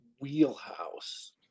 wheelhouse